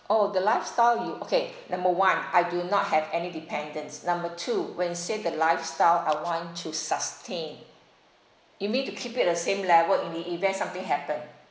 orh the lifestyle you okay number one I do not have any dependants number two when you say the lifestyle I want to sustain you mean to keep it the same level in the event something happen